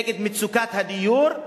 נגד מצוקת הדיור,